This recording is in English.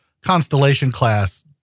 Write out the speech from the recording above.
Constellation-class